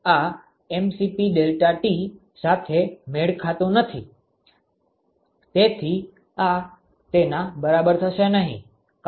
આ mCp∆T સાથે મેળ ખાતુ નથી તેથી આ તેના બરાબર થશે નહીં